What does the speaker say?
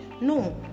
No